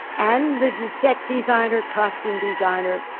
and the set designer, costume designer,